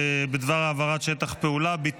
נעבור לנושא הבא שעל סדר-היום,